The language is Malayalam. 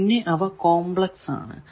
പിന്നെ അവ കോംപ്ലക്സ് ആണ്